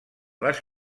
les